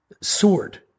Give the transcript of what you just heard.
sword